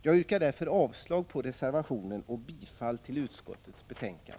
Jag yrkar avslag på reservationen och bifall till utskottets hemställan.